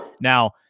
now